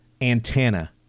antenna